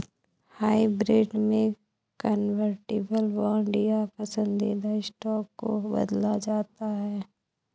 hybrid में convertible bond या पसंदीदा स्टॉक को बदला जाता है